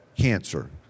cancer